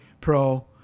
pro